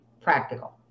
practical